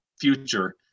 future